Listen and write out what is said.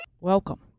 welcome